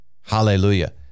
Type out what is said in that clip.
Hallelujah